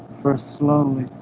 first slowly